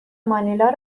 مانیلا